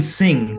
sing